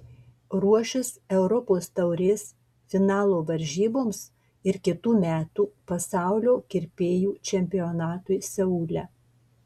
ruošis europos taurės finalo varžyboms ir kitų metų pasaulio kirpėjų čempionatui seule